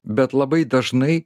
bet labai dažnai